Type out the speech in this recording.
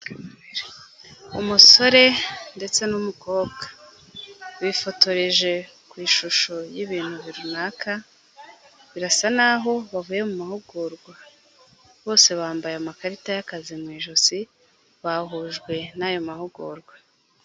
Umusore ndetse n'umukobwa, bifotoreje ku ishusho y'ibintu runaka, birasa naho bavuye mu mahugurwa, bose bambaye amakarita y'akazi mu ijosi, bahujwe n'aya mahugurwa.